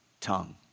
tongue